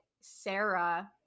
Sarah –